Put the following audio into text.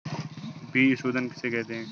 बीज शोधन किसे कहते हैं?